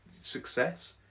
success